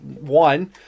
one